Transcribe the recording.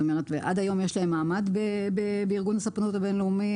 עד היום יש להם מעמד בארגון הספנות הבין-לאומי,